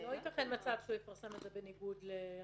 --- לא ייתכן מצב שהוא יפרסם את זה בניגוד להסכמתה,